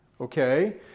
Okay